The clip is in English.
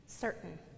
Certain